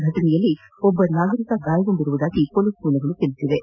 ಫಟನೆಯಲ್ಲಿ ಒಬ್ಲ ನಾಗರಿಕ ಗಾಯಗೊಂಡಿರುವುದಾಗಿ ಮೊಲೀಸ್ ಮೂಲಗಳು ತಿಳಿಸಿವೆ